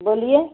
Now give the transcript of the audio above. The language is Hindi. बोलिए